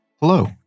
Hello